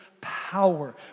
power